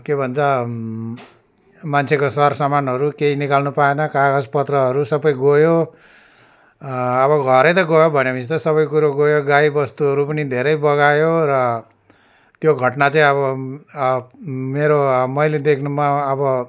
के भन्छ मान्छेको सर सामानहरू केही निकाल्नु पाएन कागज पत्रहरू सबै गयो अब घरै त गयो भनेपछि त सबै कुरो गयो गाई बस्तुहरू पनि धेरै बगायो र त्यो घटना चाहिँ अब मेरो मैले देख्नुमा अब